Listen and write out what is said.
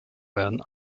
werden